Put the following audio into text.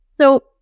So-